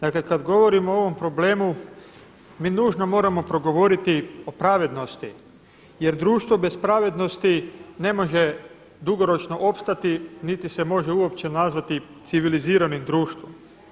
Dakle kada govorimo o ovom problemu, mi nužno moramo progovoriti o pravednosti jer društvo bez pravednosti ne može dugoročno opstati niti se uopće može nazvati civiliziranim društvom.